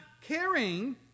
caring